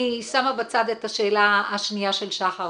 אני שמה בצד את השאלה השנייה של שחר,